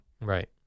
Right